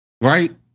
right